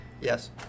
Yes